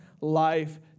life